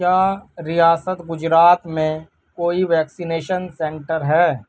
کیا ریاست گجرات میں کوئی ویکسینیشن سینٹر ہے